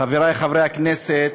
אדוני היושב-ראש, חברי חברי הכנסת,